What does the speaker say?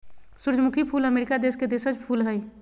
सूरजमुखी फूल अमरीका देश के देशज फूल हइ